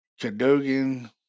Cadogan